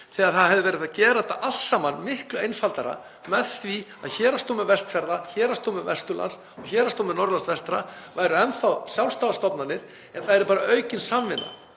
þegar það hefði verið hægt að gera þetta allt saman miklu einfaldara með því að Héraðsdómur Vestfjarða, Héraðsdómur Vesturlands og Héraðsdómur Norðurlands vestra væru enn þá sjálfstæðar stofnanir en það yrði bara aukin samvinna.